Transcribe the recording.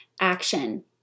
action